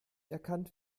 erkannt